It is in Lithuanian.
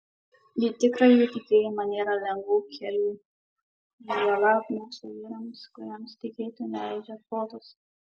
į tikrąjį tikėjimą nėra lengvų kelių juolab mokslo vyrams kuriems tikėti neleidžia protas